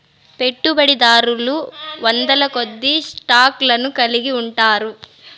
పెట్టుబడిదారులు వందలకొద్దీ స్టాక్ లను కలిగి ఉంటారు